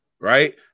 Right